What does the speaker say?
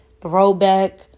Throwback